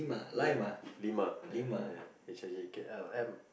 ya lima ya ya H I J K L M